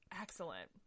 excellent